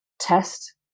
Test